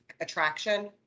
attraction